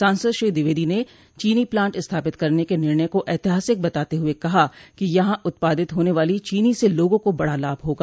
सांसद श्री द्विवेदी ने चीनी प्लांट स्थापित करने के निर्णय को ऐतिहासिक बताते हुए कहा कि यहां उत्पादित होने वाली चीनी से लोगों को बड़ा लाभ होगा